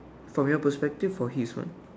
from your perspective or his one